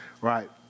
right